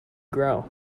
grow